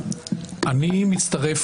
אני מצטרף